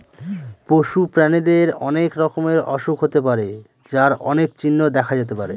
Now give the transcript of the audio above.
পশু প্রাণীদের অনেক রকমের অসুখ হতে পারে যার অনেক চিহ্ন দেখা যেতে পারে